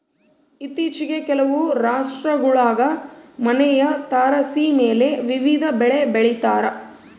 ಇತ್ತೀಚಿಗೆ ಕೆಲವು ರಾಷ್ಟ್ರಗುಳಾಗ ಮನೆಯ ತಾರಸಿಮೇಲೆ ವಿವಿಧ ಬೆಳೆ ಬೆಳಿತಾರ